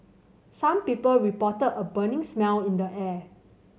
some people reported a burning smell in the air